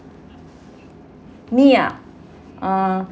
me ah uh